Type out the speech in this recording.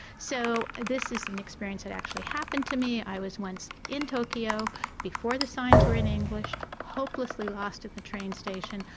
so this is an experience that actually happened to me, i was once in tokyo before the signs were in english, hopelessly lost at the train station.